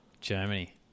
Germany